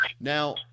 Now